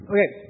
Okay